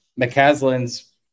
McCaslin's